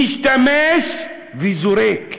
משתמש וזורק.